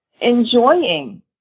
enjoying